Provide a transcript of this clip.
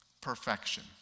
Perfection